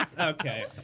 Okay